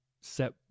set